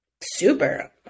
Super